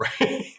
right